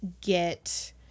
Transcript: get